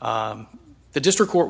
the district court